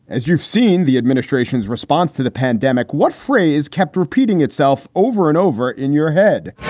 as you've seen the administration's response to the pandemic. what phrase kept repeating itself over and over in your head?